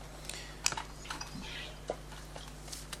תודה.